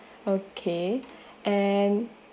okay and